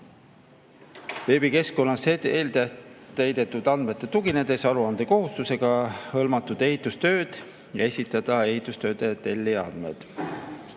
veebikeskkonnas eeltäidetud andmetele tuginedes aruandekohustusega hõlmatud ehitustööd ja esitada ehitustööde tellija andmed.